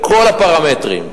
בכל הפרמטרים.